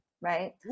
right